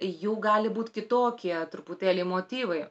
jų gali būt kitokie truputėlį motyvai